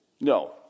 No